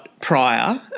prior